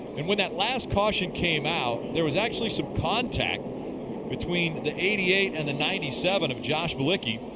and when that last caution came out there was actually some contact between the eighty eight and the ninety seven of josh beliki.